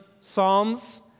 psalms